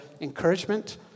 encouragement